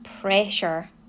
pressure